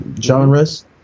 genres